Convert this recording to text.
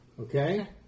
Okay